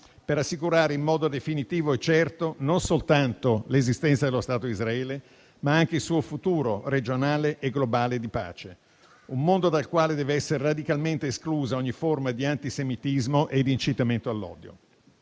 per assicurare in modo definitivo e certo non soltanto l'esistenza dello Stato di Israele, ma anche il suo futuro regionale e globale di pace; un mondo dal quale deve essere radicalmente esclusa ogni forma di antisemitismo e di incitamento all'odio.